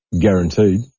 guaranteed